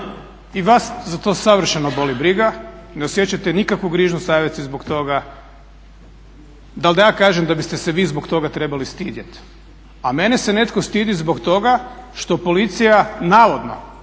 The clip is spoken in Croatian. I vas za to savršeno boli briga, ne osjećate nikakvu grižnju savjesti zbog toga. Da li da ja kažem da biste se vi zbog toga trebali stidjeti. A mene se netko stidi zbog toga što policija navodno,